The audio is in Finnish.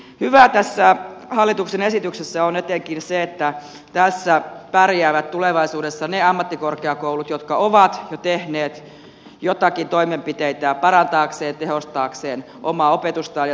hyvää tässä hallituksen esityksessä on etenkin se että tässä pärjäävät tulevaisuudessa ne ammattikorkeakoulut jotka ovat jo tehneet joitakin toimenpiteitä parantaakseen ja tehostaakseen omaa opetustaan ja tutkimustoimintaansa